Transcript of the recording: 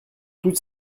toutes